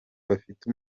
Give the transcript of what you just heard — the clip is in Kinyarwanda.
bafite